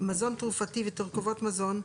מזון תרופתי ותרכובות מזון,